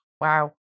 Wow